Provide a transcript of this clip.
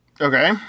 Okay